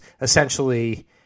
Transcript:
essentially